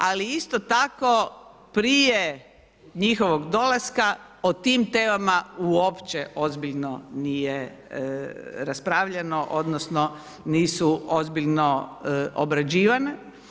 Ali, isto tako prije njihovog dolaska o tim temama uopće ozbiljno nije raspravljano, odnosno nisu ozbiljno obrađivane.